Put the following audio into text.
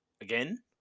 again